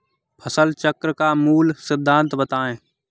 फसल चक्र का मूल सिद्धांत बताएँ?